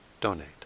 donate